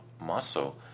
muscle